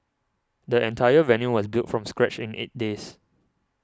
the entire venue was built from scratch in eight days